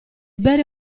bere